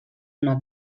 una